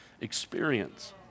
experience